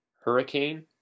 Hurricane